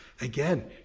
again